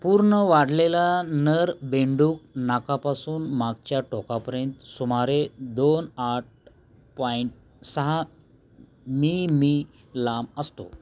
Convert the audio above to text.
पूर्ण वाढलेला नर बेडूक नाकापासून मागच्या टोकापर्यंत सुमारे दोन आठ पॉइंट सहा मीमी लांब असतो